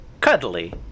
cuddly